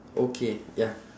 okay ya